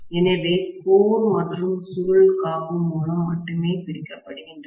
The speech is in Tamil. எனவே கோர் மற்றும் சுருள் காப்பு மூலம் மட்டுமே பிரிக்கப்படுகின்றன